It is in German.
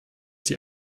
die